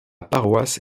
paroisse